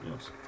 yes